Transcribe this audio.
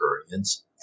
experience